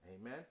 Amen